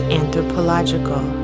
anthropological